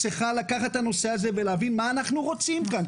צריכה לקחת את הנושא הזה ולהבין מה אנחנו רוצים כאן,